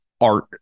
art